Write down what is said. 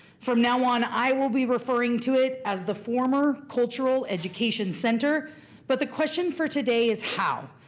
from now on i will be referring to it as the former cultural education center but the question for today is how?